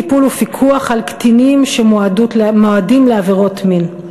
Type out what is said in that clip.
טיפול ופיקוח על קטינים שמועדים לעבירות מין.